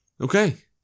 okay